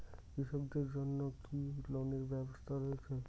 কৃষকদের জন্য কি কি লোনের ব্যবস্থা রয়েছে?